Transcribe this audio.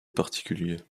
particuliers